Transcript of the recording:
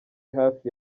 hafi